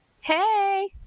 Hey